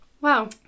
Wow